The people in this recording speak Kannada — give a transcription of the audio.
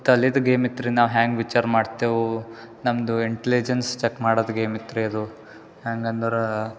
ತಲೆದು ಗೇಮ್ ಇತ್ತು ರೀ ನಾವು ಹ್ಯಾಂಗೆ ವಿಚಾರ ಮಾಡ್ತೇವು ನಮ್ದು ಇಂಟ್ಲಿಜನ್ಸ್ ಚಕ್ ಮಾಡೋದು ಗೇಮ್ ಇತ್ತು ರೀ ಅದು ಹ್ಯಾಂಗಂದರೆ